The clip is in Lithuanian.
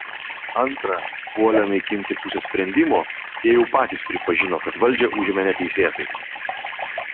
antra puolę naikinti pusę sprendimo jie jau patys pripažino kad valdžią užėmė neteisėtai